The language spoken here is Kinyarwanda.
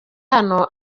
hano